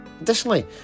Additionally